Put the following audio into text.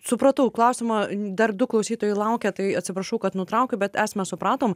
supratau klausimą dar du klausytojai laukia tai atsiprašau kad nutraukiau bet esmę supratom